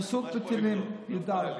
פסוק בתהילים י"ד.